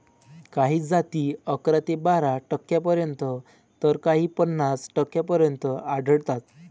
काही जाती अकरा ते बारा टक्क्यांपर्यंत तर काही पन्नास टक्क्यांपर्यंत आढळतात